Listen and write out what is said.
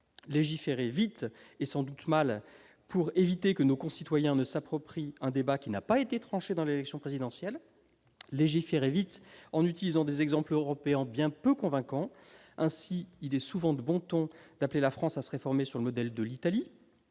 légiférer vite, et sans doute mal, pour éviter que nos concitoyens ne s'approprient un débat qui n'a pas été tranché lors de l'élection présidentielle ; légiférer vite, en utilisant des exemples européens bien peu convaincants. Ainsi, il est souvent de bon ton d'appeler la France à se réformer sur le modèle de l'Italie